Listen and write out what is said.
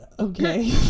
okay